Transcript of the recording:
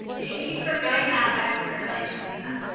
thank you for doing that, i um i really appreciate that.